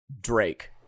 Drake